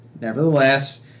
Nevertheless